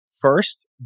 first